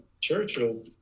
Churchill